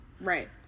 Right